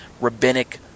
rabbinic